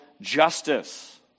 justice